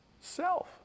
Self